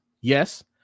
Yes